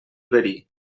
verí